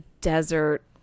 desert